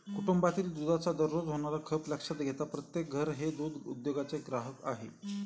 कुटुंबातील दुधाचा दररोज होणारा खप लक्षात घेता प्रत्येक घर हे दूध उद्योगाचे ग्राहक आहे